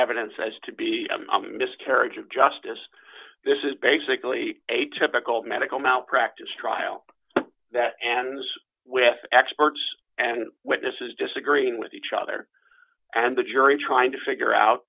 evidence as to be a miscarriage of justice this is basically a typical medical malpractise trial that and those with experts and witnesses disagreeing with each other and the jury trying to figure out